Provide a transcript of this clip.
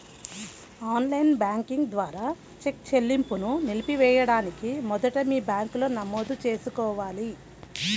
on line banking ద్వారా cheque చెల్లింపును నిలిపివేయడానికి మొదట మీ బ్యాంకులో నమోదు చేసుకోవాలి